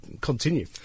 continue